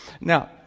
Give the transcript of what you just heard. Now